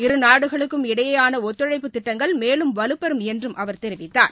இரு நாடுகளுக்கும் இடையேயாளஒத்துழப்பு திட்டங்கள் மேலும் வலுப்பெறும் என்றும் அவர் தெரிவித்தார்